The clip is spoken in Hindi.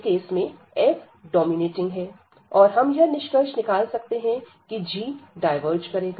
केस में f डोमिनेटिंग है और हम यह निष्कर्ष निकाल सकते हैं कि g डायवर्ज करेगा